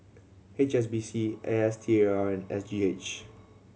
H S B C A S T A R and S G H